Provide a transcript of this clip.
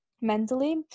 mentally